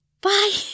Bye